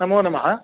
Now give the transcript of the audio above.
नमो नमः